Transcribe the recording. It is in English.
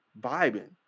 vibing